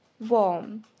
warm